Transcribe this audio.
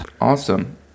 awesome